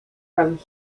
from